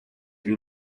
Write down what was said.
you